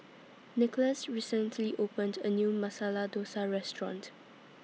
Nicholas recently opened A New Masala Dosa Restaurant